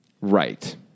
Right